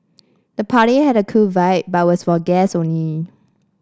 the party had a cool vibe but was for guest only